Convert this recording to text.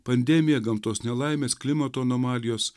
pandemija gamtos nelaimės klimato anomalijos